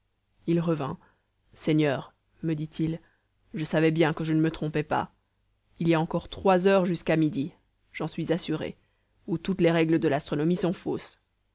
il revint seigneur me dit-il je savais bien que je ne me trompais pas il y a encore trois heures jusqu'à midi j'en suis assuré ou toutes les règles de l'astronomie sont fausses